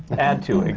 add to it?